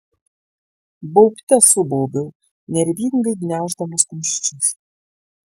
baubte subaubiau nervingai gniauždamas kumščius